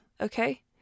okay